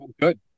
Good